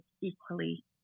equally